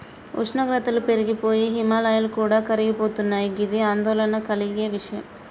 ఉష్ణోగ్రతలు పెరిగి పోయి హిమాయాలు కూడా కరిగిపోతున్నయి గిది ఆందోళన కలిగే విషయం